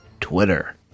Twitter